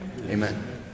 Amen